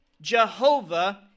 Jehovah